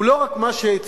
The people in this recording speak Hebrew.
הוא לא רק מה שצוין,